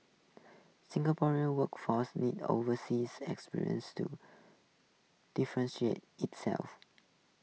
Singaporean workforce needs overseas experience to differentiate itself